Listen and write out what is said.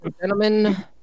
Gentlemen